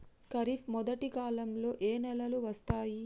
ఖరీఫ్ మొదటి కాలంలో ఏ నెలలు వస్తాయి?